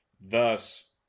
Thus